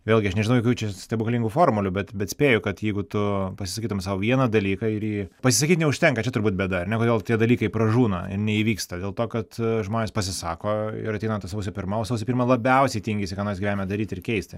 vėlgi aš nežinau jokių čia stebuklingų formulių bet bet spėju kad jeigu tu pasisakytum sau vieną dalyką ir jį pasisakyt neužtenka čia turbūt bėda ar ne kodėl tie dalykai pražūna ir neįvyksta dėl to kad žmonės pasisako ir ateina ta sausio pirma o sausio pirmą labiausiai tingisi ką nors gyvenime daryt ir keisti